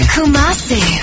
Kumasi